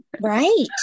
right